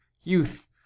Youth